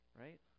Right